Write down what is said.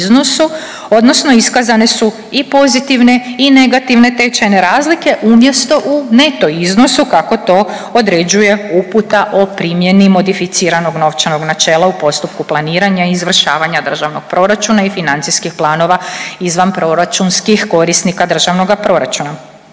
odnosno iskazane su i pozitivne i negativne tečajne razlike umjesto u neto iznosu, kako to određuje uputa o primjeni modificiranog novčanog načela u postupku planiranja i izvršavanja državnog proračuna i financijskih planova izvanproračunskih korisnika državnoga proračuna.